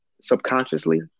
subconsciously